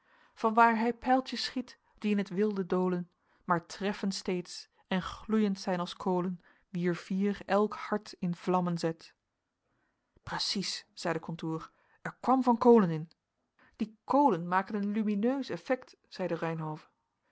van waar hij pijltjens schiet die in het wilde dolen maar treffen steeds en gloeiend zijn als kolen wier vier elk hart in vlammen zet precies zeide contour er kwam van kolen in die kolen maken een lumineux effect zeide